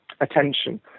attention